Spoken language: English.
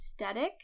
aesthetic